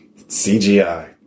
CGI